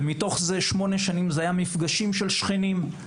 מתוך זה שמונה שנים היו מפגשים של שכנים,